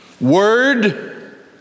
word